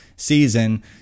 season